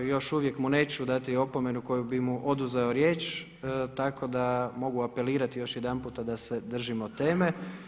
Još uvijek mu neću dati opomenu kojom bi mu oduzeo riječ tako da mogu apelirati još jedanputa da se držimo teme.